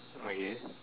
okay